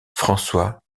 françois